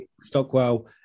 Stockwell